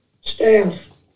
staff